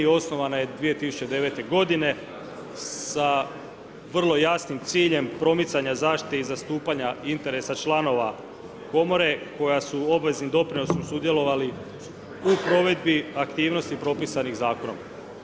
Osnovana je 2009. godine sa vrlo jasnim ciljem promicanja zaštite i zastupanja interesa članova komore koja su obveznim doprinosom sudjelovali u provedbi aktivnosti propisanih zakonom.